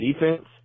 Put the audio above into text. defense